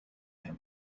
him